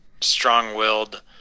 strong-willed